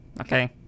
Okay